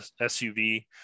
SUV